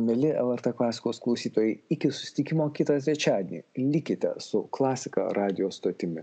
mieli lrt klasikos klausytojai iki susitikimo kitą trečiadienį likite su klasika radijo stotimi